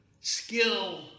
skill